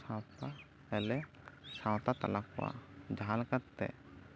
ᱥᱟᱶᱛᱟ ᱨᱮᱞᱮ ᱥᱟᱶᱛᱟ ᱛᱟᱞᱟ ᱠᱚᱣᱟ ᱡᱟᱦᱟᱸ ᱞᱮᱠᱟ ᱠᱟᱛᱮᱫ